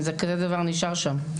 אם כזה דבר נשאר שם?